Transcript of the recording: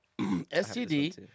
STD